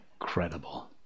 incredible